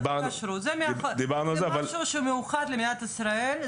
זה משהו שמיוחד למדינת ישראל,